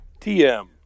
TM